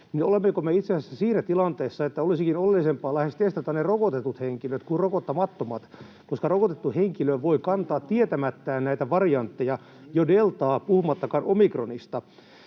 niin olemmeko me itse asiassa siinä tilanteessa, että olisikin lähes oleellisempaa testata ne rokotetut henkilöt kuin rokottamattomat, koska rokotettu henkilö voi kantaa tietämättään näitä variantteja, jo deltaa puhumattakaan omikronista?